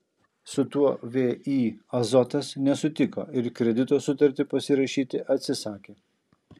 su tuo vį azotas nesutiko ir kredito sutartį pasirašyti atsisakė